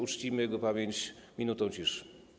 Uczcijmy jego pamięć minutą ciszy.